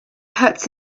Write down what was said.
hurts